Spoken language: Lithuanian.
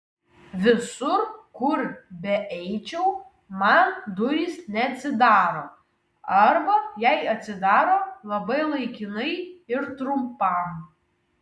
visur kur beeičiau man durys neatsidaro arba jei atsidaro labai laikinai ir trumpam